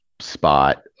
spot